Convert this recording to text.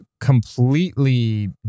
completely